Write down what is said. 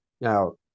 Now